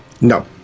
No